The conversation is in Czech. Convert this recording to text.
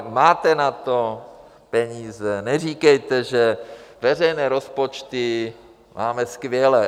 Máte na to peníze, neříkejte, že ne, veřejné rozpočty máme skvělé.